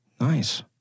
Nice